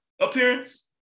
appearance